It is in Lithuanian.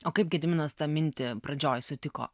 o kaip gediminas tą mintį pradžioj sutiko